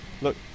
Look